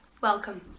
Welcome